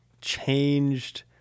changed